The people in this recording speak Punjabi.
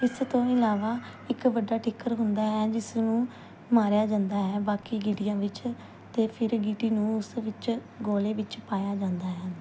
ਇਸ ਤੋਂ ਇਲਾਵਾ ਇੱਕ ਵੱਡਾ ਠੀਕਰ ਹੁੰਦਾ ਹੈ ਜਿਸ ਨੂੰ ਮਾਰਿਆ ਜਾਂਦਾ ਹੈ ਬਾਕੀ ਗੀਟੀਆਂ ਵਿੱਚ ਅਤੇ ਫਿਰ ਗੀਟੀ ਨੂੰ ਉਸ ਵਿੱਚ ਗੋਲੇ ਵਿੱਚ ਪਾਇਆ ਜਾਂਦਾ ਹੈ